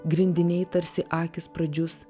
grindiniai tarsi akys pradžius